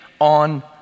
on